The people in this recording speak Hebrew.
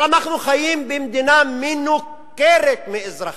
אבל אנחנו חיים במדינה מנוכרת מאזרחיה,